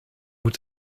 moet